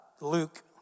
Luke